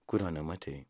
kurio nematei